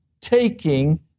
taking